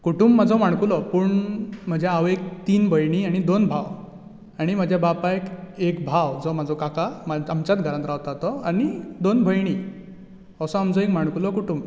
कुटूंब म्हजो माणकुलो पूण म्हज्या आवयक तीन भयणीं आनी दोन भाव आनी म्हज्या बापायक एक भाव जो म्हजो काका आमच्याच घरांत रावता तो आनी दोन भयणीं असो आमचो एक माणकुलो कुटूंब